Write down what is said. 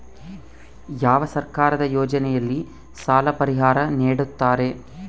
ಯಾವ ಸರ್ಕಾರದ ಯೋಜನೆಯಲ್ಲಿ ಸಾಲ ಪರಿಹಾರ ನೇಡುತ್ತಾರೆ?